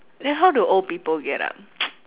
then how do old people get up